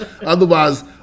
Otherwise